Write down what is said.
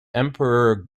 emperor